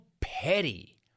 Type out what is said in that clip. petty